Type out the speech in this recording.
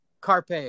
Carpe